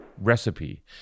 recipe